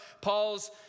Paul's